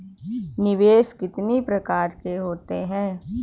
निवेश कितनी प्रकार के होते हैं?